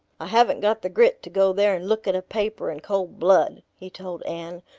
i haven't got the grit to go there and look at a paper in cold blood, he told anne.